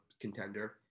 contender